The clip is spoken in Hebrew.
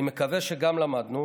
אני מקווה שגם למדנו